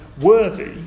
worthy